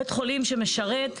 בית חולים שמשרת.